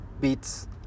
beats